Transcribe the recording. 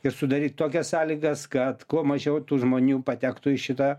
ir sudaryt tokias sąlygas kad kuo mažiau tų žmonių patektų į šitą